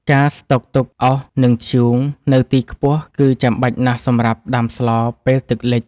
ការស្តុកទុកអុស និងធ្យូងនៅទីខ្ពស់គឺចាំបាច់ណាស់សម្រាប់ដាំស្លពេលទឹកលិច។